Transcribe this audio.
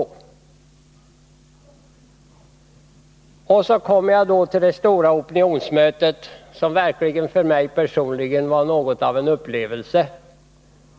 Och i det sammanhanget kommer jag in på det stora opinionsmötet i Loftahammar i somras, som verkligen för mig var något av en upplevelse.